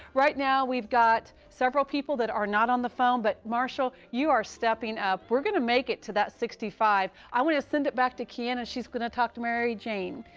right now we've got several people that are not on the phone. but marshall, you are stepping up. we're going to make it to that sixty five. i want to send it back to ke'an and she's going to talk to mary jane.